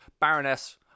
Baroness